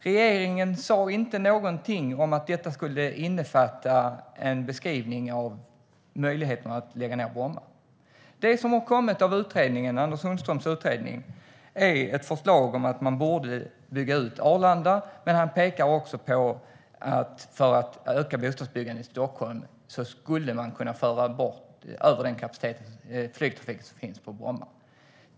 Regeringen sa inte något om att utredningen skulle innefatta en beskrivning av möjligheterna att lägga ned Bromma. Det som har kommit från Anders Sundströms utredning är ett förslag om att man borde bygga ut Arlanda, men han pekar också på att man, för att öka bostadsbyggandet i Stockholm, skulle kunna föra över den flygkapacitet som finns på Bromma.